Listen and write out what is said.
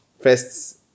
first